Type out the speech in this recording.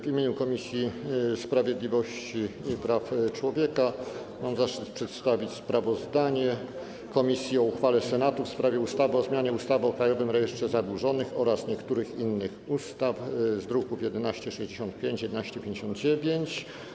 W imieniu Komisji Sprawiedliwości i Praw Człowieka mam zaszczyt przedstawić sprawozdanie komisji o uchwale Senatu w sprawie ustawy o zmianie ustawy o Krajowym Rejestrze Zadłużonych oraz niektórych innych ustaw, druki nr 1165 i 1159.